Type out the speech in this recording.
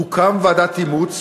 תוקם ועדת אימוץ